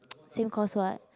same course [what]